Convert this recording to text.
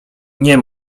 nie